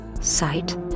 sight